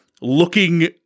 looking